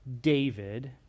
David